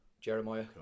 Jeremiah